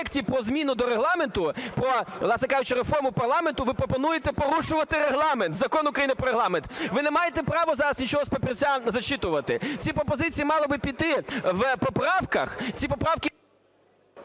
ви пропонуєте порушувати Регламент, Закон України про Регламент? Ви не маєте права зараз нічого з папірця зачитувати. Ці пропозиції мали би піти в поправках,